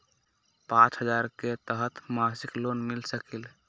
पाँच हजार के तहत मासिक लोन मिल सकील?